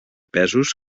pesos